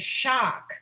shock